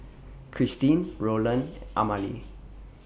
Kristyn Rolland Amalie